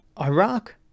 Iraq